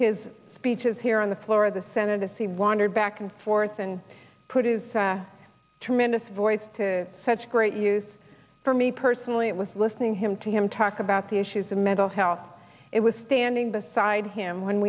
his speeches here on the floor of the senate as he wandered back and forth and put his tremendous voice to such great use for me personally it was listening him to him talk about the issues of mental health it was standing beside him when